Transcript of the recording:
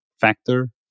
factor